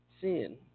sin